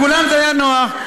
לכולם זה היה נוח.